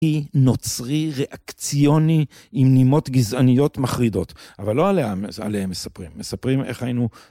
אי נוצרי, ריאקציוני, עם נימות גזעניות מחרידות. אבל לא עליהם מספרים, מספרים איך היינו...